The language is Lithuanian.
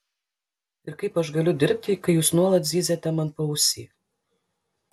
ir kaip aš galiu dirbti kai jūs nuolat zyziate man paausy